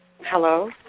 Hello